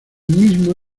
mismo